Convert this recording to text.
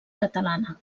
catalana